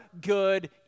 good